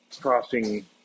crossing